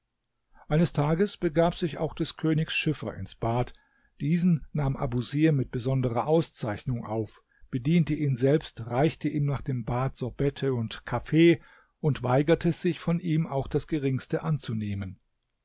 eines tages begab sich auch des königs schiffer ins bad diesen nahm abusir mit besonderer auszeichnung auf bediente ihn selbst reichte ihm nach dem bad sorbette und kaffee und weigerte sich von ihm auch das geringste anzunehmen